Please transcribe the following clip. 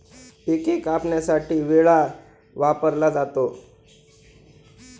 पिके कापण्यासाठी विळा वापरला जातो